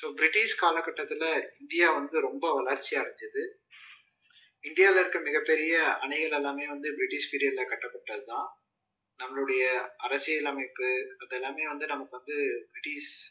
so British காலக்கட்டத்தில் India வந்து ரொம்ப வளர்ச்சி அடைஞ்சிது இந்தியாவில் இருக்க மிக பெரிய அணைகள் எல்லாமே வந்து ப்ரிட்டிஷ் பீரியட்டில் கட்டப்பட்டதுதான் நம்மளுடைய அரசியலமைப்பு அதெல்லாமே வந்து நமக்கு வந்து ப்ரிட்டிஷ்